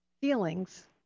feelings